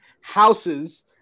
houses